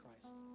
Christ